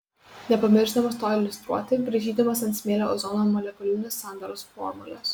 nepamiršdamas to iliustruoti braižydamas ant smėlio ozono molekulinės sandaros formules